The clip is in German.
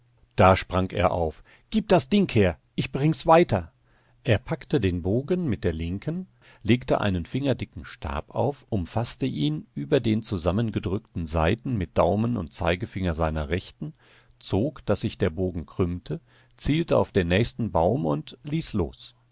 da sprang er auf gib das ding her ich bring's weiter er packte den bogen mit der linken legte einen fingerdicken stab auf umfaßte ihn über den zusammengedrückten saiten mit daumen und zeigefinger seiner rechten zog daß sich der bogen krümmte zielte auf den nächsten baum und ließ los